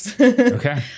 Okay